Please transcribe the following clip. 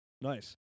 Nice